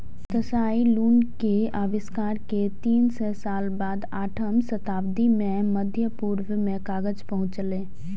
Tsai Lun के आविष्कार के तीन सय साल बाद आठम शताब्दी मे मध्य पूर्व मे कागज पहुंचलै